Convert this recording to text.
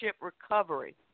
Recovery